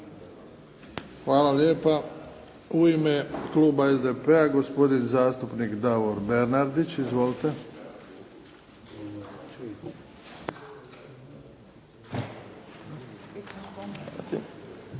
Hvala lijepa. U ime kluba SDP-a, gospodin zastupnik Davor Bernardić. Izvolite.